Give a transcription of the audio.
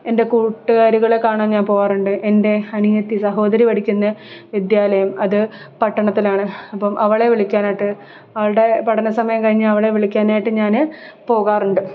എൻ്റെ കൂട്ടുകാരികളെ കാണാൻ ഞാൻ പോകാറുണ്ട് എൻ്റെ അനിയത്തി സഹോദരി പഠിക്കുന്ന വിദ്യാലയം അത് പട്ടണത്തിലാണ് അപ്പം അവളെ വിളിക്കാനായിട്ട് അവളുടെ പഠന സമയം കഴിഞ്ഞ് അവളെ വിളിക്കാനായിട്ട് ഞാന് പോകാറുണ്ട്